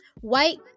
white